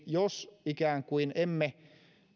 jos ikään kuin emme